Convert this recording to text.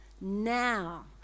now